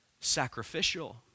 sacrificial